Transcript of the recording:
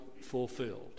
fulfilled